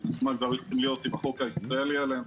מזמן צריך להיות החוק הישראלי עליהם,